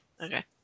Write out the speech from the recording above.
Okay